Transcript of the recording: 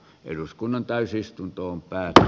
eduskunnan sitten eteenpäin